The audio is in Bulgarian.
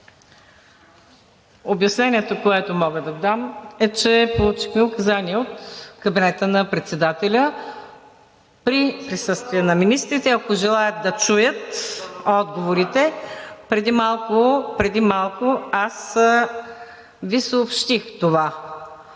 Обяснението, което мога да дам, е, че получихме указание от кабинета на председателя при присъствие на министрите, ако желаят, да чуят отговорите. Преди малко аз Ви съобщих това.